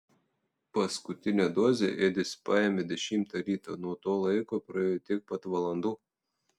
paskutinę dozę edis paėmė dešimtą ryto nuo to laiko praėjo tiek pat valandų